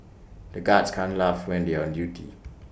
the guards can't laugh when they are on duty